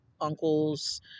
uncles